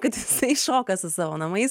kad jisai šoka su savo namais